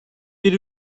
bir